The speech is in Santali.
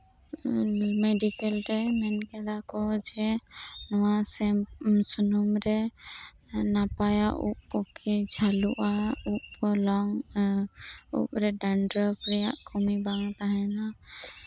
ᱢᱮᱰᱤᱠᱮᱞ ᱨᱮ ᱢᱮᱱ ᱠᱟᱫᱟ ᱠᱚ ᱡᱮ ᱱᱚᱣᱟ ᱥᱮᱢ ᱥᱩᱱᱩᱢᱨᱮ ᱱᱟᱯᱟᱭᱟ ᱩᱫ ᱯᱚᱠᱠᱷᱮ ᱡᱷᱟᱹᱞᱟᱹᱜᱼᱟ ᱩᱵ ᱠᱚ ᱞᱚᱝ ᱩᱯᱨᱮ ᱰᱮᱱᱰᱚᱨᱚᱯ ᱨᱮᱭᱟᱜ ᱠᱚᱢᱤ ᱵᱟᱝ ᱛᱟᱸᱦᱮᱱᱟ